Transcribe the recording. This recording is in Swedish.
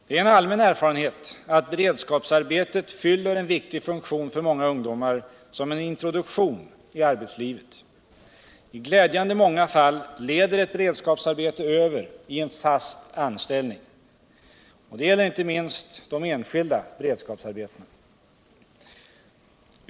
Det är en allmän erfarenhet att beredskapsarbetet fyller en viktig funktion för många ungdomar som en introduktion i arbetslivet. I glädjande många fall leder ett beredskapsaurbete över i en fast anställning; det gäller inte minst de enskilda beredskapsarbetena.